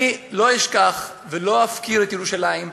אני לא אשכח ולא אפקיר את ירושלים,